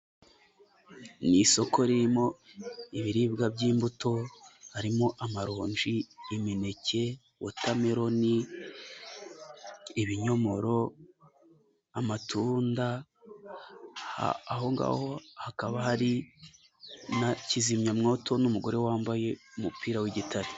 Mu isoko ririmo ibiribwa by'imbuto, harimo amaronji, imineke, wota meroni, ibinyomoro, amatunda, ahongaho hakaba hari na kizimyamwoto n'umugore wambaye umupira w'igitare.